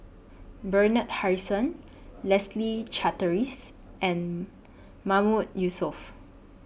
Bernard Harrison Leslie Charteris and Mahmood Yusof